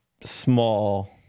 small